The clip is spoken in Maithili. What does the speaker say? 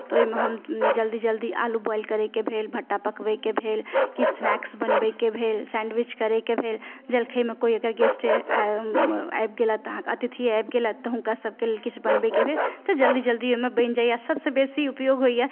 तऽ ओहिमे हम जल्दी जल्दी आलू बॉयल करयके भेल भट्टा पकबयके भेल किछु स्नेक्स बनबयके भेल सैंडविच करयके भेल जलखइमे कोइ अगर गेस्टे आबि गेलथि अहाँके कोइ अतिथि आबि गेलथि तऽ हुनकासभके लेल किछु बनबयके भेल तऽ जल्दी जल्दी ओहिमे बनि जाइए सभसँ बेसी उपयोग होइए